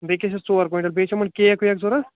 بیٚکِس چھِ ژور کۄینٛٹل بییٛہِ چھِ یِِمَن کیک ویک ضۄرت